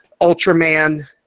Ultraman